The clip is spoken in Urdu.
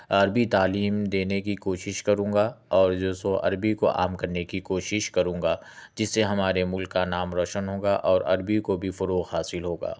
عربی تعلیم دینے کی کوشش کروں گا اور جو سو عربی کو عام کرنے کی کوشش کروں گا جس سے ہمارے مُلک کا نام روشن ہونگا اور عربی کو بھی فروغ حاصل ہو گا